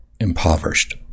impoverished